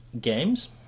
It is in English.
games